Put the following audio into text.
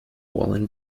woolen